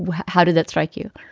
how did that strike you?